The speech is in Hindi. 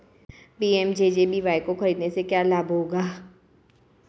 पी.एम.जे.जे.बी.वाय को खरीदने से क्या लाभ होगा?